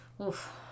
Oof